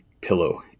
pillow